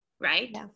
right